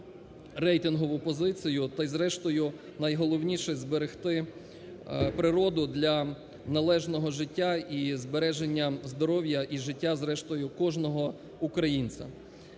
рейтингову позицію та і, зрештою, найголовніше зберегти природу для належного життя і збереження здоров'я і життя, з рештою, кожного українця.